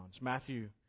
Matthew